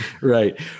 right